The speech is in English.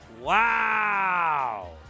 Wow